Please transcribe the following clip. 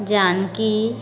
Janaki